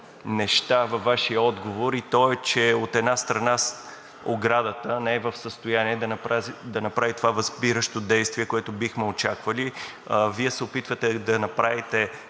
неща във Вашия отговор и то е, че от една страна, оградата не е в състояние да направи това възпиращо действие, което бихме очаквали. Вие се опитвате да направите